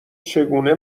چگونه